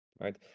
Right